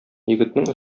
егетнең